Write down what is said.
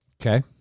Okay